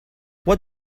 what